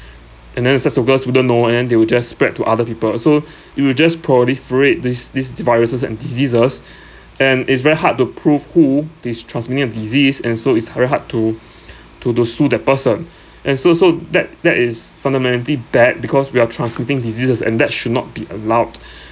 and then it's just because we don't know and then they will just spread to other people like so you will just proliferate these these viruses and diseases and it's very hard to prove who this transmitter of disease and so it's very hard to to pursue that person and so so that that is fundamentally bad because we are transmitting diseases and that should not be allowed